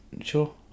sure